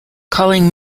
calling